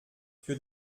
für